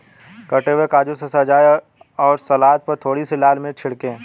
कटे हुए काजू से सजाएं और सलाद पर थोड़ी सी लाल मिर्च छिड़कें